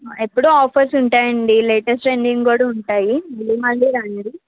ఎప్పుడూ ఆఫర్స్ ఉంటాయండి latest trending కూడా ఉంటాయి మీరు మళ్ళీ రండి